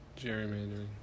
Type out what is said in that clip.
Gerrymandering